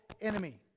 enemy